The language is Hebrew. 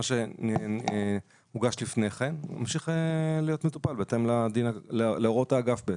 מה שהוגש לפני כן ממשיך להיות מטופל בהתאם להוראות האגף.